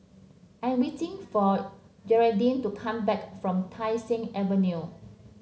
I am waiting for Gearldine to come back from Tai Seng Avenue